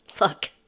Look